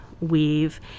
weave